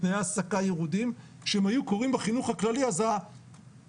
תנאי העסקה ייחודיים שאם הם היו קורים בחינוך הכללי אז התקרות